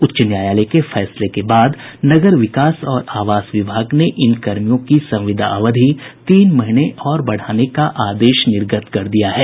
उच्च न्यायालय के फैसले के बाद नगर विकास और आवास विभाग ने इन कर्मियों की संविदा अवधि तीन महीने बढ़ाने का आदेश निर्गत कर दिया है